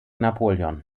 napoleon